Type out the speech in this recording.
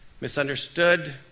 misunderstood